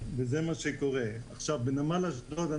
בנמל אשדוד,